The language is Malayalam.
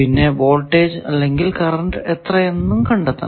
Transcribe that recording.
പിന്നെ വോൾടേജ് അല്ലെങ്കിൽ കറന്റ് എത്രയെന്നും കണ്ടെത്തണം